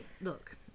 look